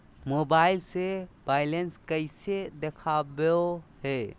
Mobile से balance कैसे देखाबो है?